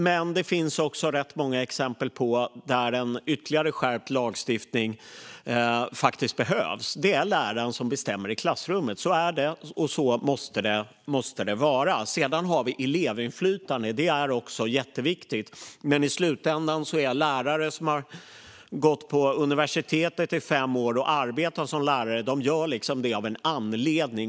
Men det finns också många exempel där en ytterligare skärpt lagstiftning behövs. Det är läraren som bestämmer i klassrummet; så är det, och så måste det vara. Sedan har vi elevinflytande, och det är också jätteviktigt. Men i slutändan är det så med lärare som har gått på universitetet i fem år och som arbetar som lärare att de gör det av en anledning.